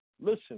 Listen